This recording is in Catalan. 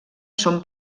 són